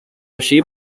allí